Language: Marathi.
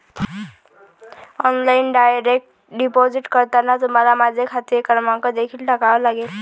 ऑनलाइन डायरेक्ट डिपॉझिट करताना तुम्हाला माझा खाते क्रमांक देखील टाकावा लागेल